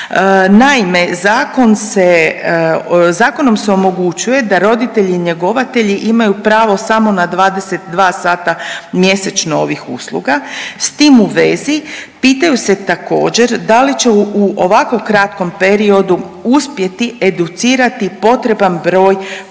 se, zakonom se omogućuje da roditelji njegovatelji imaju pravo samo na 22 sata mjesečno ovih usluga, s tim u vezi pitaju se također da li će u ovako kratkom periodu uspjeti educirati potreban broj